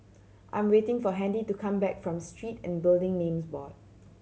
I'm waiting for Handy to come back from Street and Building Names Board